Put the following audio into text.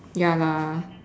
ya lah